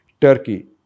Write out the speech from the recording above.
Turkey